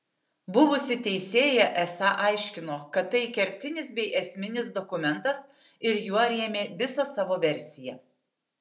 buvusi teisėja esą aiškino kad tai kertinis bei esminis dokumentas ir juo rėmė visą savo versiją